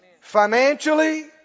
financially